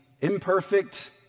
Imperfect